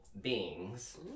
beings